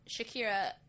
shakira